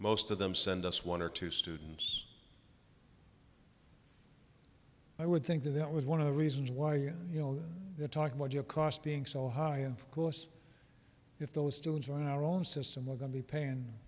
most of them send us one or two students i would think that that was one of the reasons why you know the talk about your cost being so high and of course if those students on our own system we're going to be paying